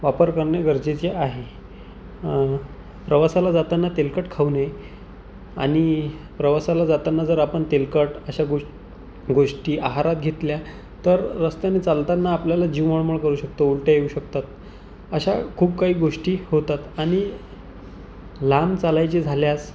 वापर करणे गरजेचे आहे प्रवासाला जाताना तेलकट खाऊ नये आणि प्रवासाला जाताना जर आपण तेलकट अशा गो गोष्टी आहारात घेतल्या तर रस्त्याने चालताना आपल्याला जीवनमळ करू शकतो उलट्या येऊ शकतात अशा खूप काही गोष्टी होतात आणि लांब चालायचे झाल्यास